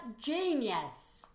genius